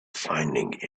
finding